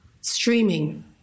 streaming